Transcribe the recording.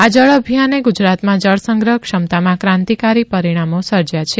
આ જળ અભિયાનને ગુજરાતમાં જળસંગ્રહ ક્ષમતામાં ક્રાંતિકારી પરિણામો સર્જ્યા છે